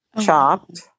chopped